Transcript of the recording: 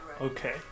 Okay